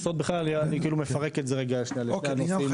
מכסות בכלל ואני מפרק את זה לשני הנושאים,